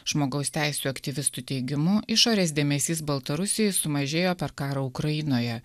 žmogaus teisių aktyvistų teigimu išorės dėmesys baltarusijai sumažėjo per karą ukrainoje